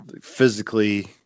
physically